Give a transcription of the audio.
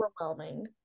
overwhelming